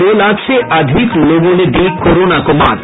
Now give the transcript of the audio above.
दो लाख से अधिक लोगों ने दी कोरोना को मात